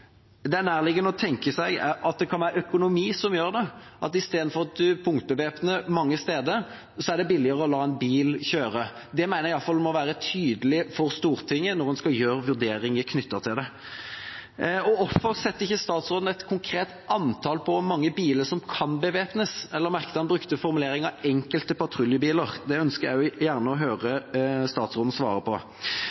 Det er nærliggende å tenke at det kan være økonomi som gjør det. Istedenfor å punktbevæpne ved mange steder er det billigere å la en bil kjøre. Jeg mener i alle fall det må være tydelig for Stortinget når man skal gjøre vurderinger knyttet til dette. Og hvorfor setter ikke statsråden et konkret antall for hvor mange biler som kan ha våpen? Jeg la merke til at han brukte formuleringen: enkelte patruljebiler. Det ønsker jeg også gjerne å høre